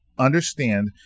understand